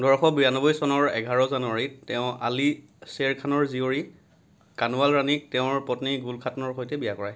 পোন্ধৰশ বিয়ান্নব্বৈ চনৰ এঘাৰ জানুৱাৰীত তেওঁ আলি শ্বেৰ খানৰ জীয়ৰী কানৱাল ৰাণীক তেওঁৰ পত্নী গুল খাতুনৰ সৈতে বিয়া কৰায়